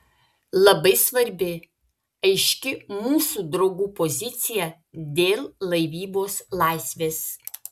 labai svarbi aiški mūsų draugų pozicija dėl laivybos laisvės